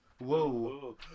Whoa